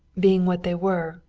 being what they were,